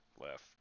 left